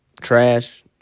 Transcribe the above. Trash